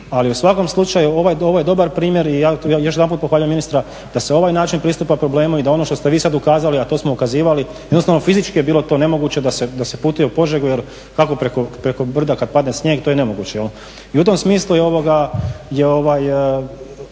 Ali u svakom slučaju ovo je dobar primjer i ja još jedanput pohvaljujem ministra da se ovaj način pristupa problemu i da ono što ste vi sad ukazali, a to smo ukazivali jednostavno fizički je bilo to nemoguće da se putuje u Požegu jer kako preko brda kad padne snijeg? To je nemoguće. I u tom smislu te su primjedbe